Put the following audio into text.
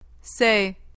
Say